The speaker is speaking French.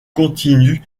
continue